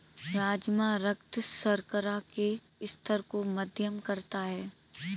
राजमा रक्त शर्करा के स्तर को मध्यम करता है